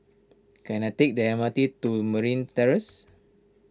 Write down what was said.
can I take the M R T to Marine Terrace